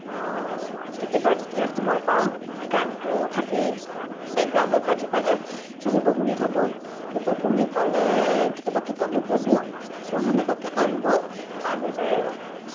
কেতিয়াবা যেতিয়া সময় পাওঁ গানটো থাকেই বেকগ্ৰাউণ্ডত বাজি পেলাই ছ' সেইবোৰ শুনি থাকোঁ সেইবোৰ শুনি পালে কেতিয়াবা কিতাপো পঢ়োঁ ছ' সেনেকুৱাকে টাইমবোৰ পাৰ হৈ যায় আৰু